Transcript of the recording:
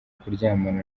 kuryamana